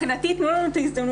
מבחינתי, תנו לנו את ההזדמנות.